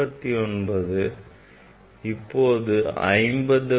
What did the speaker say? இப்போது 45 46 7 48